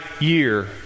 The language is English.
year